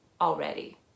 already